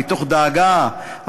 מתוך דאגה,